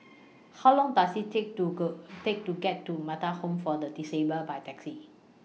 How Long Does IT Take to Go Take to get to Metta Home For The Disabled By Taxi